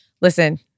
Listen